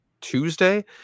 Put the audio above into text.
Tuesday